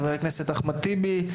חבר הכנסת אחמד טיבי,